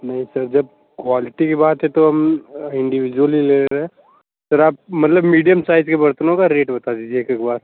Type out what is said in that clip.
नहीं सर जब क्वालिटी की बात है तो हम इंडिविजुअल ही ले रहे हैं सर आप मतलब मीडियम साइज़ के बर्तनों का रेट बता दीजिए एक एक बार